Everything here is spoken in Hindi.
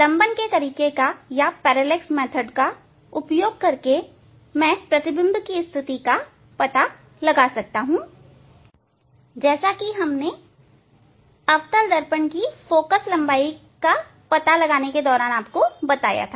लंबन तरीके का उपयोग करके मैं प्रतिबिंब की स्थिति का भी पता लगा सकता हूं जैसा कि मैंने आपको अवतल दर्पण की फोकल लंबाई नापने के दौरान बताया था